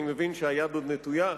אני מבין שהיד עוד נטויה,